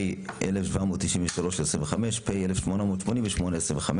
פ/1793/25, פ/1888/25,